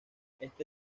este